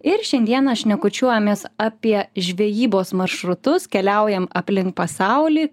ir šiandieną šnekučiuojamės apie žvejybos maršrutus keliaujam aplink pasaulį